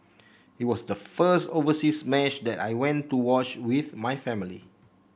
it was the first overseas match that I went to watch with my family